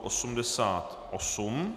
88.